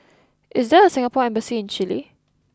is there a Singapore embassy in Chile